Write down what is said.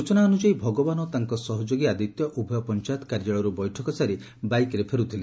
ସୂଚନା ଅନୁଯାୟୀ ଭଗବାନ ଓ ତାଙ୍କ ସହଯୋଗୀ ଆଦିତ୍ୟ ଉଭୟ ପଞ୍ଚାୟତ କାର୍ଯ୍ୟାଳୟରୁ ବୈଠକ ସାରି ବାଇକରେ ଫେରୁଥିଲେ